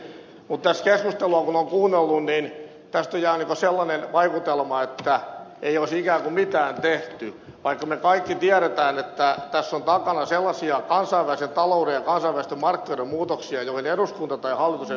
mutta kun keskustelua on kuunnellut niin tästä jää sellainen vaikutelma että ei olisi ikään kuin mitään tehty vaikka me kaikki tiedämme että tässä on takana sellaisia kansainvälisen talouden ja kansainvälisten markkinoiden muutoksia joihin eduskunta tai hallitus ei ole mitenkään voinut vaikuttaa